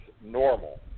normal